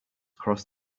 cross